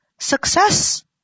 success